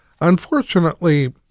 unfortunately